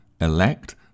elect